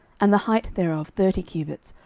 and the height thereof thirty cubits,